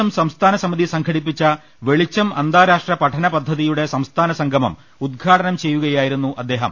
M സംസ്ഥാന സമിതി സംഘടിപ്പിച്ച വെളിച്ചും അന്താ രാഷ്ട്ര പഠന്പദ്ധതിയുടെ സംസ്ഥാന സംഗമം ഉദ്ഘാടനം ചെയ്യുകയാ യിരുന്നു അദ്ദേഹം